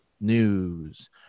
news